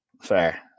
Fair